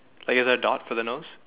like is there a dot for the nose